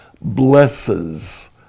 blesses